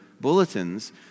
bulletins